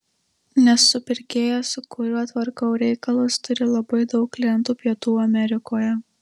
nes supirkėjas su kuriuo tvarkau reikalus turi labai daug klientų pietų amerikoje